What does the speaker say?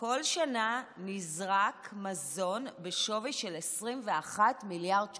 כל שנה נזרק מזון בשווי של 21 מיליארד שקלים.